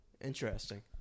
interesting